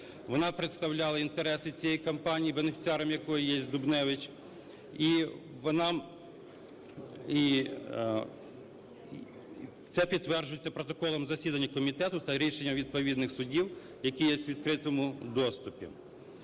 Вона представляла інтереси цієї компанії, бенефіціаром якої є Дубневич, і це підтверджується протоколом засідання комітету та рішенням відповідних судів, які є у відкритому доступі.